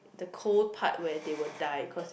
the cold part where they will die cause their